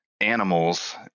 animals